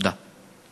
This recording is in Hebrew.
תודה.